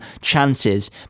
chances